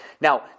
Now